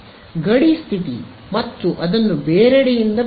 ಗಡಿ ಸ್ಥಿತಿ ಮತ್ತು ಅದನ್ನು ಬೇರೆಡೆಯಿಂದ ಪಡೆಯಿರಿ